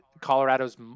Colorado's